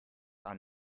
are